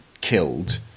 killed